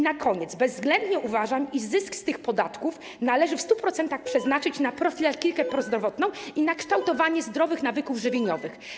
Na koniec, bezwzględnie uważam, że zysk z tych podatków należy w 100% przeznaczyć na profilaktykę prozdrowotną i kształtowanie zdrowych nawyków żywieniowych.